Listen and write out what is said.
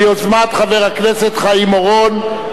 ביוזמת חבר הכנסת חיים אורון.